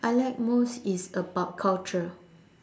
I like most is about culture